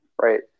Right